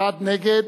נגד.